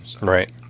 Right